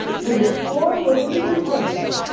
to destroy religious impressions,